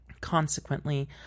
Consequently